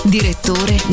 Direttore